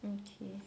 mm okay